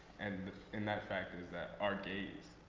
and in that fact is that our gaze,